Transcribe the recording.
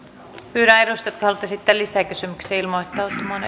pyydän edustajia jotka haluavat esittää lisäkysymyksiä ilmoittautumaan